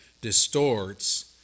distorts